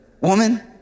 woman